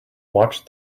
watch